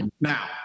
Now